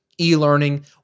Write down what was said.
e-learning